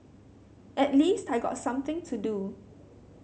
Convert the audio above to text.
at least I got something to do